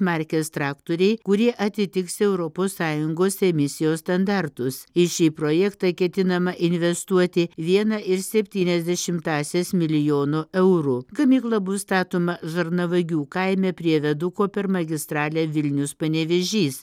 markės traktoriai kurie atitiks europos sąjungos emisijos standartus į šį projektą ketinama investuoti vieną ir septynias dešimtąsias milijono eurų gamykla bus statoma žarnavagių kaime prie viaduko per magistralę vilnius panevėžys